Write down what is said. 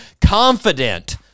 confident